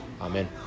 Amen